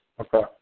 Okay